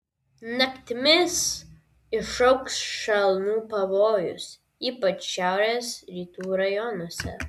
naktimis išaugs šalnų pavojus ypač šiaurės rytų rajonuose